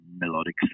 melodic